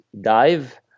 dive